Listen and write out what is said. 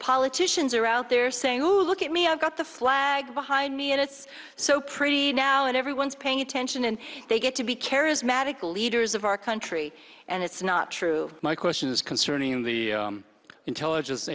politicians are out there saying who look at me i've got the flag behind me and it's so pretty now and everyone's paying attention and they get to be charismatic leaders of our country and it's not true my questions concerning the intelligence